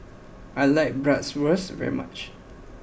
I like Bratwurst very much